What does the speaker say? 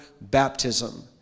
baptism